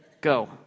go